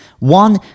one